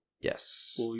Yes